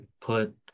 put